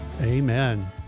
Amen